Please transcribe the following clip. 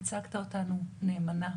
ייצגת אותנו נאמנה.